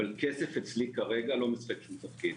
אבל כסף אצלי כרגע לא משחק תפקיד.